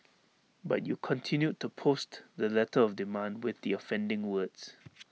but you continued to post the letter of demand with the offending words